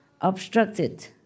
obstructed